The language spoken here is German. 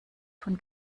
von